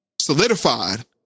solidified